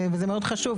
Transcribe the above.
וזה מאוד חשוב,